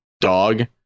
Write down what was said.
dog